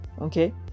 Okay